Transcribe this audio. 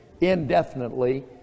indefinitely